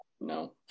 No